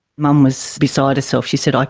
mum was beside herself. she said, like